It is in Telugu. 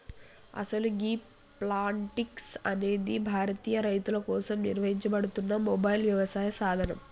అసలు గీ ప్లాంటిక్స్ అనేది భారతీయ రైతుల కోసం నిర్వహించబడుతున్న మొబైల్ యవసాయ సాధనం